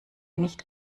nicht